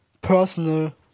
personal